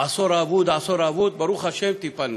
העשור האבוד, העשור האבוד, ברוך השם, טיפלנו.